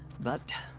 but.